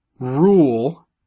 rule